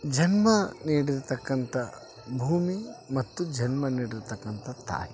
ಜನ್ಮ ನೀಡಿರತಕ್ಕಂತ ಭೂಮಿ ಮತ್ತು ಜನ್ಮ ನೀಡಿರತಕ್ಕಂತ ತಾಯಿ